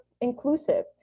inclusive